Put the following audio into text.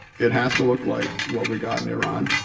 it has to look like what we got in iran.